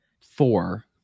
four